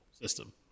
system